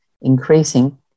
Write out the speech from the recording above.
increasing